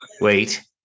wait